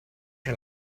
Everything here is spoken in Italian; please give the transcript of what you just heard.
c’è